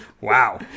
Wow